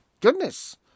goodness